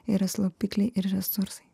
yra slopikliai ir resursai